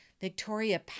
Victoria